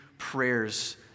Prayers